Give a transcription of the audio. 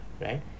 right